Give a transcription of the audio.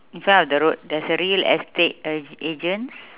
in front of the road there's a real estate ag~ agents